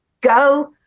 go